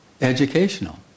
educational